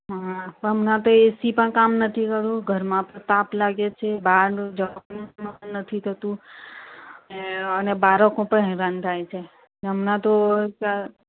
હા હમણાં તો એસી પણ કામ નથી કરતું નથી અને ઘરમાં પણ તાપ લાગે છે બહાર જવાનું પણ મન નથી થતું અને બાળકો પણ હેરાન થાય છે હમણાં તો